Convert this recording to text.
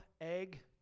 egg